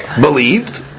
believed